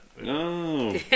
No